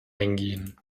eingehen